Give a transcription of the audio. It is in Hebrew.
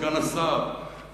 סגן השר,